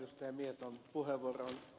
tuohon ed